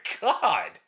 God